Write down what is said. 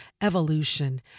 Evolution